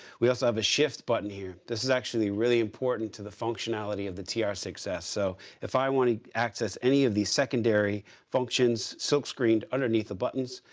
we also have a shift button here. this is actually really important to the functionality of the tr ah six s. so if i want to access any of these secondary functions silkscreened underneath the buttons,